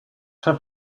have